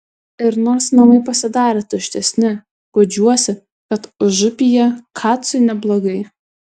ir nors namai pasidarė tuštesni guodžiuosi kad užupyje kacui neblogai